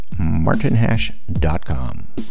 martinhash.com